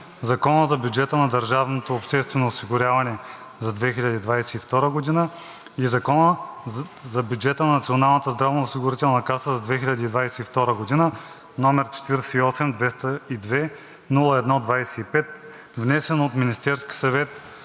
Закона за бюджета на държавното обществено осигуряване за 2022 г. и Закона за бюджета на Националната здравноосигурителна каса за 2022 г., № 48 202 01 25, внесен от Министерски съвет